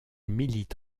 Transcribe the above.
milite